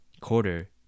quarter